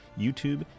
YouTube